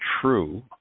true